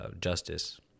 justice